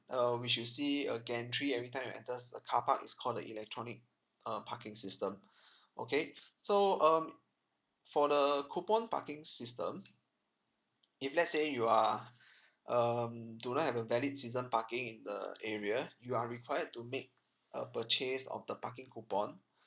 uh which you see a gantry every time you enters the car park is called the electronic uh parking system okay so um y~ for the coupon parking system if let's say you are um do not have a valid season parking in the area you are required to make a purchase of the parking coupon